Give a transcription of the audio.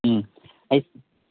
ꯎꯝ ꯑꯩ